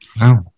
wow